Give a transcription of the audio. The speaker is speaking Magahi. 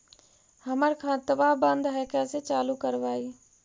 हमर खतवा बंद है कैसे चालु करवाई?